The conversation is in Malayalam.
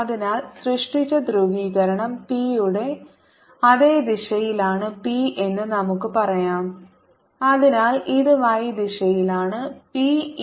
അതിനാൽ സൃഷ്ടിച്ച ധ്രുവീകരണം p യുടെ അതേ ദിശയിലാണ് p എന്ന് നമുക്ക് പറയാം അതിനാൽ ഇത് y ദിശയിലാണ് p